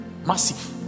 Massive